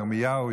ירמיהו,